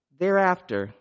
Thereafter